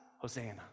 Hosanna